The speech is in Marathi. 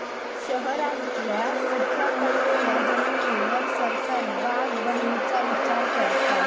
शहरांतल्या सुख्या पडलेल्या जमिनीर सरकार बाग बनवुचा विचार करता